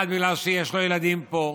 אחד בגלל שיש לו ילדים פה,